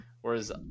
Whereas